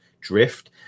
drift